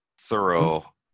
thorough